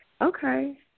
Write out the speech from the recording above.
Okay